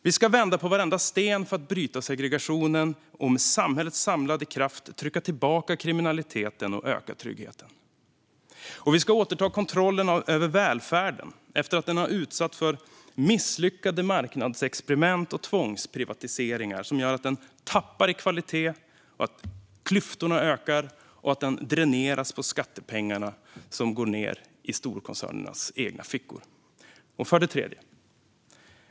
Vi ska vända på varenda sten för att bryta segregationen och med samhällets samlade kraft trycka tillbaka kriminaliteten och öka tryggheten. Vi ska återta kontrollen över välfärden efter att den utsatts för misslyckade marknadsexperiment och tvångsprivatiseringar som gör att den tappar i kvalitet, att klyftorna ökar och att den dräneras på skattepengarna, som går ned i storkoncernernas egna fickor.